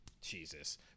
Jesus